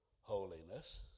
holiness